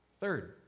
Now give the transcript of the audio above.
Third